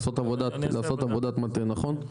לעשות עבודת מטה נכון?